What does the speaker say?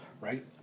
right